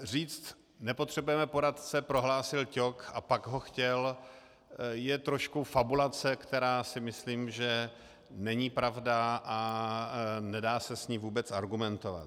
Říct nepotřebujeme poradce, prohlásil Ťok, a pak ho chtěl, je trošku fabulace, která si myslím, že není pravda a nedá se s ní vůbec argumentovat.